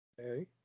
okay